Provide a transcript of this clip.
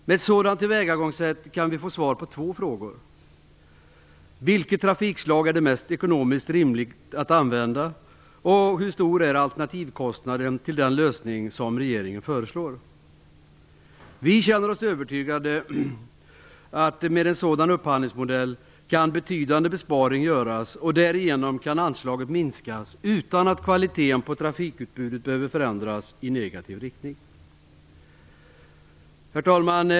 Med ett sådant tillvägagångssätt kan vi få svar på två frågor: Vilket trafikslag är det ekonomiskt mest rimligt att använda? Hur stor är kostnaden för det alternativ till lösning som regeringen föreslår? Vi är övertygade om att med en sådan upphandlingsmodell kan en betydande besparing göras. Därigenom kan anslaget minskas utan att kvaliteten på trafikutbudet behöver förändras i negativ riktning. Herr talman!